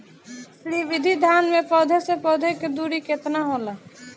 श्री विधि धान में पौधे से पौधे के दुरी केतना होला?